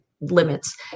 limits